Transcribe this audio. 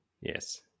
Yes